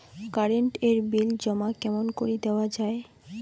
Current এর bill জমা কেমন করি দেওয়া যায়?